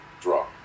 draw